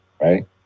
Right